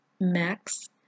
Max